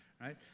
right